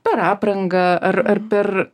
per aprangą ar ar per